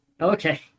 Okay